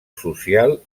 social